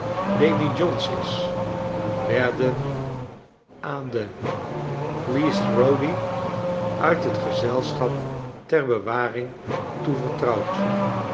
demijohns is werden aan de e a s t rowdy l uit het gezelschap ter bewaring toevertrouwd